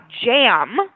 jam